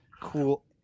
cool